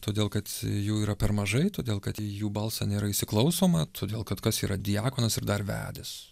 todėl kad jų yra per mažai todėl kad į jų balsą nėra įsiklausoma todėl kad kas yra diakonas ir dar vedęs